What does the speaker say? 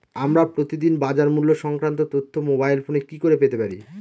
আমরা প্রতিদিন বাজার মূল্য সংক্রান্ত তথ্য মোবাইল ফোনে কি করে পেতে পারি?